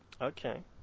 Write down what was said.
Okay